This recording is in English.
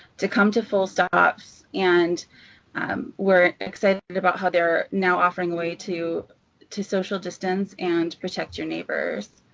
to come to full stops, and we're excited about how they are now offering way to to social distance and protect your neighbors.